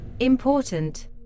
Important